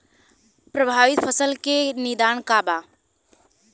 प्रभावित फसल के निदान का बा?